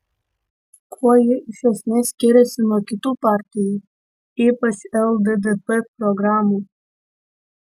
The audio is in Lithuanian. kuo ji iš esmės skiriasi nuo kitų partijų ypač lddp programų